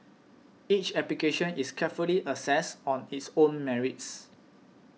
each application is carefully assessed on its own merits